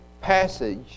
passage